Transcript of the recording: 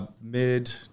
mid